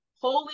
holy